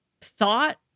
thought